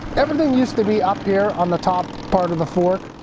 everything used to be up here on the top part of the fork,